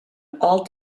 all